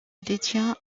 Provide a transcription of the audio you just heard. détient